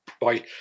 Bye